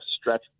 stretch